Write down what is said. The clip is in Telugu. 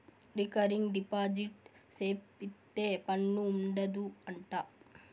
రికరింగ్ డిపాజిట్ సేపిత్తే పన్ను ఉండదు అంట